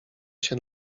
się